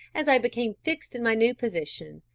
as i became fixed in my new position,